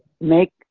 make